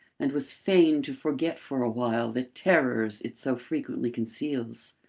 and was fain to forget for awhile the terrors it so frequently conceals.